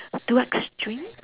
two extreme